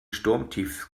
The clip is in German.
sturmtief